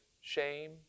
shame